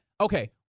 okay